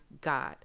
God